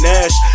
Nash